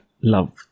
love